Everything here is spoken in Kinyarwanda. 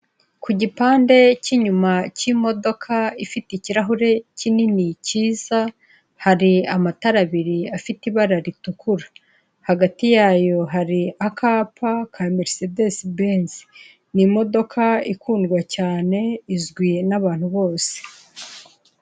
Ku gipande cy'inyuma cy'imodoka ifite ikirahure kinini cyiza, hari amatara abiri afite ibara ritukura, hagati yayo hari akapa ka merisedesi benzi, ni imodoka ikundwa cyane izwi n'abantu bose.